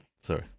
Sorry